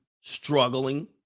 struggling